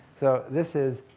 so this is,